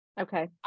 Okay